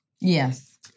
Yes